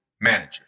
manager